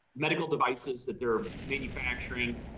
medical devices that they're manufacturing,